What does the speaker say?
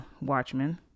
Watchmen